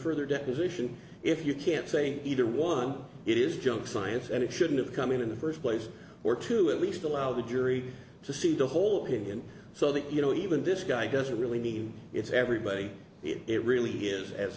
further deposition if you can't say either one it is junk science and it shouldn't have come in in the first place or to at least allow the jury to see the whole thing and so that you know even this guy doesn't really need it's everybody it really is as